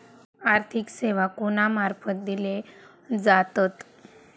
आर्थिक सेवा कोणा मार्फत दिले जातत?